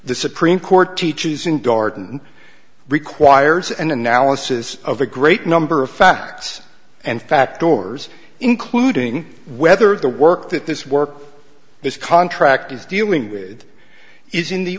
the supreme court teaches in darden requires an analysis of a great number of facts and fact doors including whether the work that this work this contract is dealing with is in the